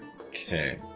Okay